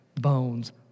bones